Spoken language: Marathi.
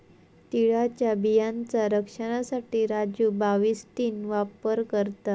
तिळाच्या बियांचा रक्षनासाठी राजू बाविस्टीन वापर करता